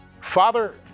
father